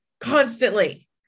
constantly